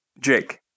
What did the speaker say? Jake